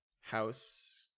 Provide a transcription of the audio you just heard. house